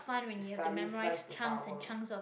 Stalin rise to power